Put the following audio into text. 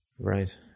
Right